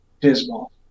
dismal